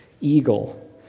eagle